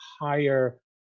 higher